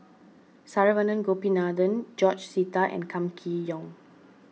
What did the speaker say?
Saravanan Gopinathan George Sita and Kam Kee Yong